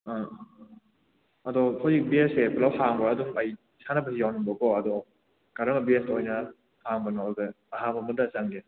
ꯑꯥ ꯑꯗꯣ ꯑꯈꯣꯏ ꯕꯦꯠꯁꯁꯦ ꯄꯨꯂꯞ ꯍꯥꯡꯕ꯭ꯔꯥ ꯑꯗꯨꯝ ꯑꯌꯨꯛꯇꯩ ꯁꯥꯟꯅꯕ ꯌꯥꯎꯅꯤꯡꯕꯀꯣ ꯑꯗꯣ ꯀꯥꯔꯝꯕ ꯕꯦꯠꯁꯇꯥ ꯑꯣꯏꯅ ꯍꯥꯡꯕꯅꯣ ꯑꯗꯨꯒ ꯑꯍꯥꯡꯕ ꯑꯃꯗ ꯆꯪꯒꯦ